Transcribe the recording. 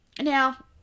Now